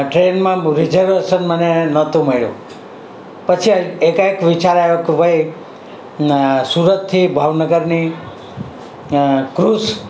ટ્રેનમાં રિજર્વેસન મને નહોતું મળ્યું પછી એકાએક વિચાર આવ્યો કે ભાઈ ના સુરતથી ભાવનગરની ક્રૂસ